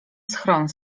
schron